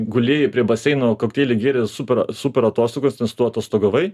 gulėjai prie baseino kokteilį gėrei super super atostogos nes tu atostogavai